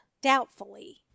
doubtfully